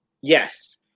Yes